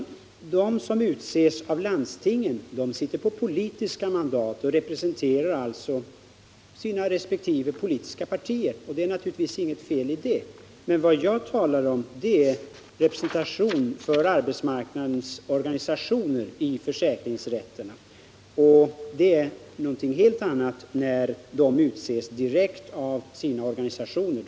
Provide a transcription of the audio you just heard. De som utses av landstingen sitter på politiska mandat och representerar alltså sina resp. politiska partier, och det är naturligtvis inget fel i det. Men vad jag talar om är representation för arbetsmarknadens organisationer i försäkringsrätten. Det innebär något helt annat när nämndemännen utses direkt av sina organisationer.